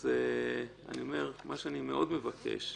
אז מה שאני מאוד מבקש,